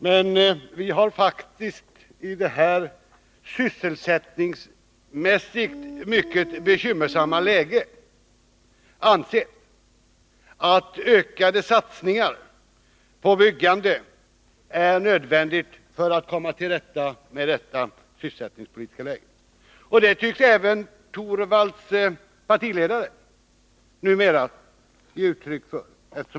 Men vi har faktiskt i det här sysselsättningsmässigt mycket bekymmersamma läget ansett att ökade satsningar på byggande är nödvändiga för att vi skall kunna komma till rätta med den höga arbetslösheten. Det tycks även Rune Torwalds partiledare numera ge uttryck för.